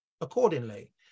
accordingly